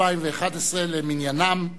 2011 למניינם.